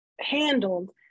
handled